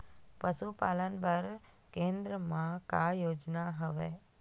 पशुपालन बर केन्द्र म का योजना हवे?